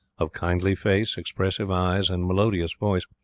of kindly face, expressive eyes, and melodious voice,